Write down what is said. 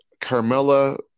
Carmella